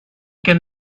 can